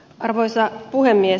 arvoisa puhemies